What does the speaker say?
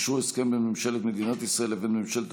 אשרור הסכם בין ממשלת מדינת ישראל לבין ממשלת